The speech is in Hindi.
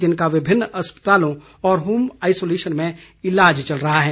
जिनका विभिन्न अस्पतालों और होम आइसोलेशन में ईलाज चल रहा है